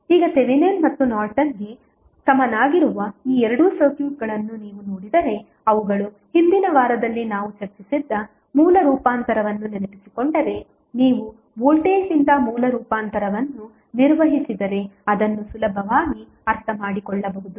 ಈಗ ಥೆವೆನಿನ್ ಮತ್ತು ನಾರ್ಟನ್ಗೆ ಸಮನಾಗಿರುವ ಈ ಎರಡು ಸರ್ಕ್ಯೂಟ್ಗಳನ್ನು ನೀವು ನೋಡಿದರೆ ಅವುಗಳು ಹಿಂದಿನ ವಾರದಲ್ಲಿ ನಾವು ಚರ್ಚಿಸಿದ್ದ ಮೂಲ ರೂಪಾಂತರವನ್ನು ನೆನಪಿಸಿಕೊಂಡರೆ ನೀವು ವೋಲ್ಟೇಜ್ ನಿಂದ ಮೂಲ ರೂಪಾಂತರವನ್ನು ನಿರ್ವಹಿಸಿದರೆ ಅದನ್ನು ಸುಲಭವಾಗಿ ಅರ್ಥಮಾಡಿಕೊಳ್ಳಬಹುದು